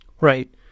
Right